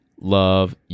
love